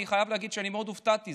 אני חייב להגיד שאני מאוד הופתעתי.